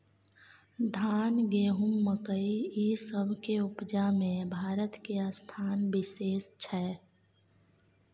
धान, गहूम, मकइ, ई सब के उपजा में भारत के स्थान विशेष छै